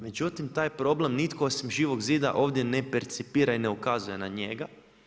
Međutim, taj problem nitko osim Živog zida nitko ovdje ne percipira i ne ukazuje na njega.